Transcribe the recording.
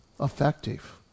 effective